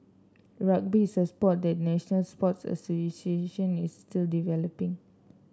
rugby is a sport that the national sports association is still developing